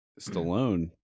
Stallone